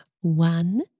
One